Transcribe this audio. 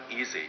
easy